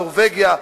נורבגיה,